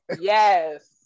Yes